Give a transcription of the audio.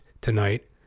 tonight